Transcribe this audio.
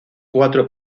cuatro